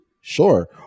sure